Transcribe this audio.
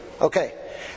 Okay